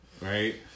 Right